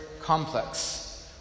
complex